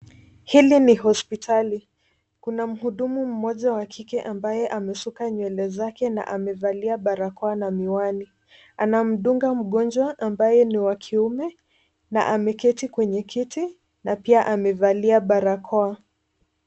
Hili ni hospitali kuna mhudumu mmoja wa kike ambaye amesuka nywele zake na amevalia barakoa na miwani. Anamdunga mgonjwa ambye ni wa kiume na ameketi kwenye kiti na pia amevalia barakoa.